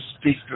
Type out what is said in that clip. speak